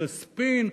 איזה ספין.